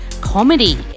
comedy